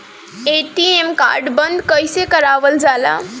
ATM card बन्द कईसे करावल जाला?